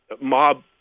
mob